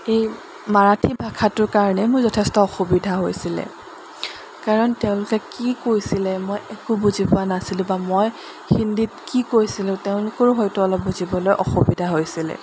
এই মাৰাঠী ভাষাটোৰ কাৰণে মোৰ যথেষ্ট অসুবিধা হৈছিলে কাৰণ তেওঁলোকে কি কৈছিলে মই একো বুজি পোৱা নাছিলোঁ বা মই হিন্দীত কি কৈছিলোঁ তেওঁলোকৰো হয়তো অলপ বুজিবলৈ অসুবিধা হৈছিলে